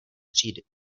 třídy